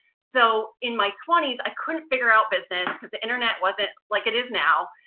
so, in my twenty s, i couldn't figure out business cause the internet wasn't like it is now.